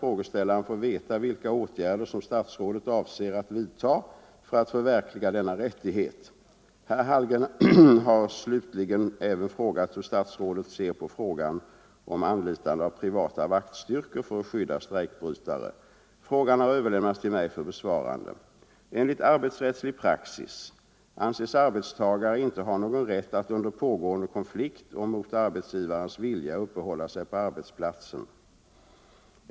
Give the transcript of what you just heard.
frågeställaren få veta vilka åtgärder som statsrådet avser att vidta för Om rätt till tillträde att förverkliga denna rättighet. Herr Hallgren har slutligen även frågat = till arbetsplats hur statsrådet ser på frågan om anlitande av privata vaktstyrkor för att — under pågående skydda strejkbrytare. Frågan har överlämnats till mig för besvarande. arbetskonflikt Enligt arbetsrättslig praxis anses arbetstagare inte ha någon rätt att under pågående konflikt och mot arbetsgivarens vilja uppehålla sig på arbetsplatsen.